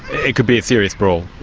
it could be a serious brawl?